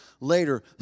later